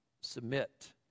submit